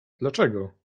dlaczego